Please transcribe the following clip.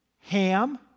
Ham